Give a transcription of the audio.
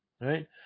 right